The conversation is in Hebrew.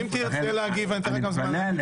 אם תרצה להגיב, אני אתן לך גם זמן להגיב.